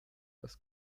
das